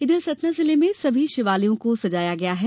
इधर सतना जिले में सभी शिवालयो को सजाया गया है